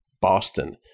Boston